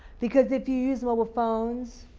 because if you use mobile phones